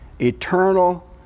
eternal